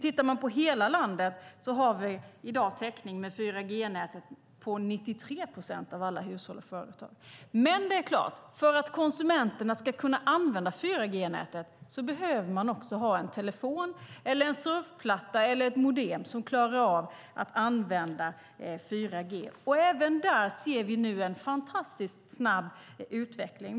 I hela landet finns i dag täckning med 4G-nätet för 93 procent av alla hushåll och företag. För att konsumenterna ska kunna använda 4G-nätet behöver de en telefon, en surfplatta eller ett modem som klarar av att använda 4G. Även där ser vi en fantastiskt snabb utveckling.